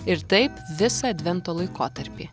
ir taip visą advento laikotarpį